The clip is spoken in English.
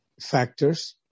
factors